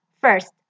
First